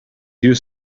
use